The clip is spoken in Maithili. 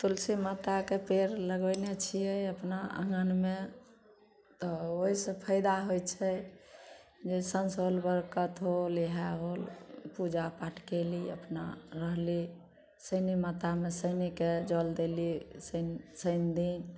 तुलसी माताके पेड़ लगेने छियै अपना आँगनमे तऽ ओइसँ फायदा होइ छै बरकत होल इएह होल पूजा पाठ कयली अपना रहली शनि मातामे शनिके जल देली सैन सैन दिन